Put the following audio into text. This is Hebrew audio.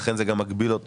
לכן זה גם מגביל אותו